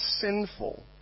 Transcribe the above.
sinful